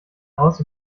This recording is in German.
aus